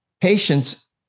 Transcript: patients